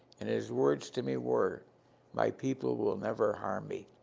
and his words to me were my people will never harm me.